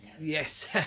Yes